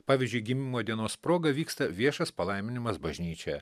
pavyzdžiui gimimo dienos proga vyksta viešas palaiminimas bažnyčioje